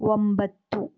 ಒಂಬತ್ತು